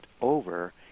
over